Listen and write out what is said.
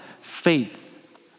faith